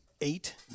eight